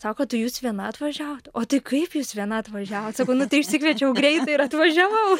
sako tai jūs viena atvažiavot o tai kaip jūs viena atvažiavot sakau nu tai išsikviečiau greitąją ir atvažiavau